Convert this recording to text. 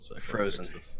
Frozen